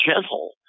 gentle